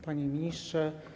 Panie Ministrze!